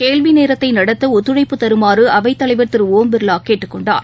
கேள்விநேரத்தைநடத்தஒத்துழைப்பு தருமாறுஅவைத்தலைவர் திருஓம் பிர்லாகேட்டுக்கொண்டார்